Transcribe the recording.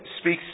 speaks